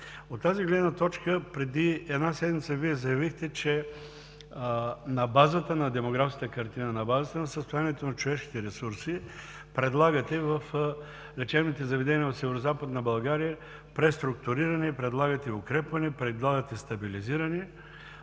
От тази гледна точка, преди една седмица Вие заявихте, че на базата на демографската картина, на базата на състоянието на човешките ресурси предлагате в лечебните заведения от Северозападна България преструктуриране, предлагате укрепване, предлагате стабилизиране.